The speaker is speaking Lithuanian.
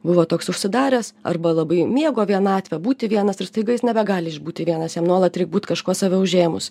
buvo toks užsidaręs arba labai mėgo vienatvę būti vienas ir staiga jis nebegali išbūti vienas jam nuolat reik būt kažkuo save užėmus